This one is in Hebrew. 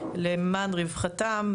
למען רווחתם,